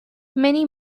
many